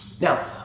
Now